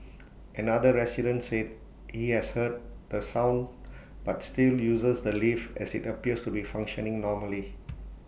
another resident said he has heard the sound but still uses the lift as IT appears to be functioning normally